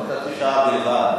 יש לו חצי שעה בלבד.